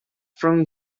from